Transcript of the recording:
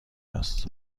است